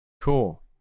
Cool